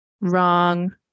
Wrong